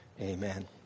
Amen